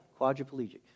quadriplegic